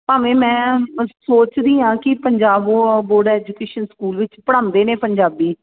ਭਾਵੇਂ ਮੈਂ ਸੋਚਦੀ ਹਾਂ ਕਿ ਪੰਜਾਬਬੋਰਡ ਐਜੂਕੇਸ਼ਨ ਸਕੂਲ ਵਿੱਚ ਪੜ੍ਹਾਉਂਦੇ ਨੇ ਪੰਜਾਬੀ